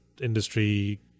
industry